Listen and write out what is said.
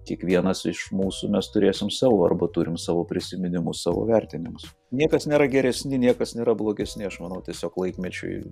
kiek vienas iš mūsų mes turėsim savo arba turim savo prisiminimus savo vertinimus niekas nėra geresni niekas nėra blogis aš manau tiesiog laikmečiui